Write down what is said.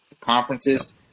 conferences